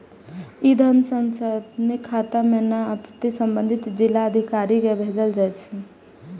ई धन सांसदक खाता मे नहि, अपितु संबंधित जिलाधिकारी कें भेजल जाइ छै